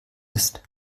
ist